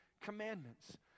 commandments